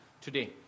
today